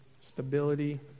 stability